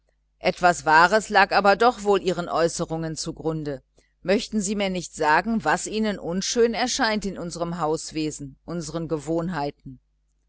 etwas wahres lag doch wohl ihren äußerungen zugrunde möchten sie mir nicht sagen was ihnen unschön erscheint in unserem hauswesen unseren gewohnheiten